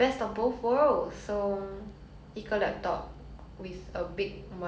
I think that will work lah if I need to do research it's easier to see on the big screen